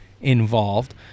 involved